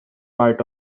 part